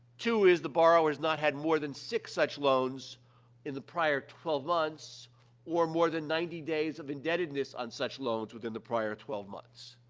two is, the borrower has not had more than six such loans in the prior twelve months or more than ninety days of indebtedness on such loans within the prior twelve months.